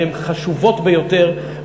שהן חשובות ביותר,